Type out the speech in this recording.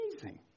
amazing